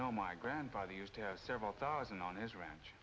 know my grandfather used to have several thousand on his ranch